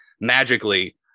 magically